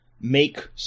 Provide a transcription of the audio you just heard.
make